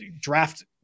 draft